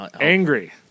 Angry